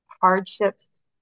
hardships